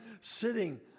sitting